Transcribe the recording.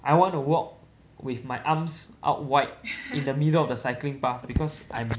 I want to walk with my arms out wide in the middle of the cycling path because I'm